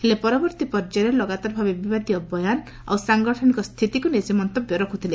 ହେଲେ ପରବର୍ତ୍ତୀ ପର୍ଯ୍ୟାୟରେ ଲଗାତର ଭାବେ ବିବାଦୀୟ ବୟାନ ଆଉ ସାଙ୍ଗଠନିକ ସ୍ଥିତିକୁ ନେଇ ସେ ମନ୍ତବ୍ୟ ରଖୁଥିଲେ